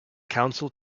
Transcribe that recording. council